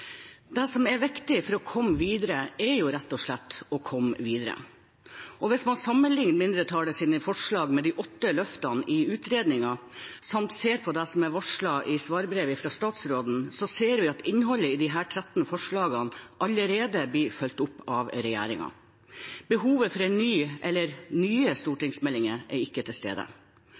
Det som er viktig for å komme videre, er rett og slett å komme videre. Hvis man sammenligner mindretallets forslag med de åtte løftene i utredningen samt ser på det som er varslet i svarbrevet fra statsråden, ser vi at innholdet i disse forslagene allerede blir fulgt opp av regjeringen. Behovet for en ny, eller nye stortingsmeldinger, er ikke til stede.